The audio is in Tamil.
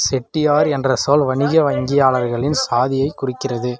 செட்டியார் என்ற சொல் வணிக வங்கியாளர்களின் சாதியைக் குறிக்கிறது